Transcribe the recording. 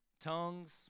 Tongues